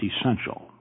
essential